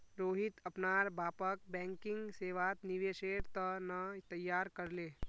रोहित अपनार बापक बैंकिंग सेवात निवेशेर त न तैयार कर ले